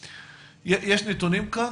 יש נתונים כאן?